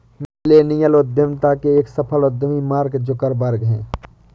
millennial उद्यमिता के एक सफल उद्यमी मार्क जुकरबर्ग हैं